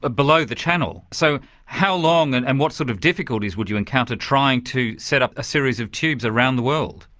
ah below the channel, so how long and and what sort of difficulties would you encounter trying to set up a series of tubes around the world?